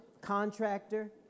contractor